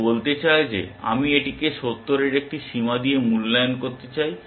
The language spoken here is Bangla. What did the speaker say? এটি বলতে চায় যে আমি এটিকে 70 এর একটি সীমা দিয়ে মূল্যায়ন করতে চাই